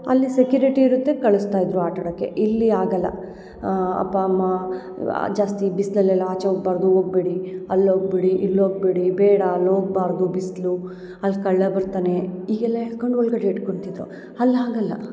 ಅಲ್ಲಿ ಸೆಕ್ಯುರಿಟಿ ಇರುತ್ತೆ ಕಳಿಸ್ತಾ ಇದ್ದರು ಆಟಾಡಕ್ಕೆ ಇಲ್ಲಿ ಆಗಲ್ಲ ಅಪ್ಪ ಅಮ್ಮ ಜಾಸ್ತಿ ಬಿಸಿಲಲ್ಲೆಲ್ಲ ಆಚೆ ಹೋಗ್ಬಾರ್ದು ಹೋಗ್ಬೇಡಿ ಅಲ್ಲಿ ಹೋಗ್ಬೇಡಿ ಇಲ್ಲಿ ಹೋಗ್ಬೇಡಿ ಬೇಡ ಅಲ್ಲಿ ಹೋಗ್ಬಾರ್ದು ಬಿಸಿಲು ಅಲ್ಲಿ ಕಳ್ಳ ಬರ್ತಾನೆ ಹೀಗೆಲ್ಲ ಹೇಳ್ಕೊಂಡು ಒಳಗಡೆ ಇಟ್ಕೊಳ್ತಿದ್ರು ಅಲ್ಲಿ ಹಾಗಲ್ಲ